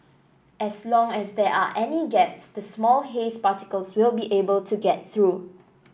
as long as there are any gaps the small haze particles will be able to get through